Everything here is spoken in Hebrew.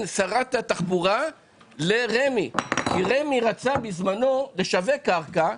שרת התחבורה לרמ"י כי רמ"י רצה בזמנו לשווק קרקע,